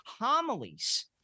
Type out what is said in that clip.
homilies